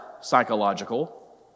psychological